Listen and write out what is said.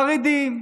חרדים,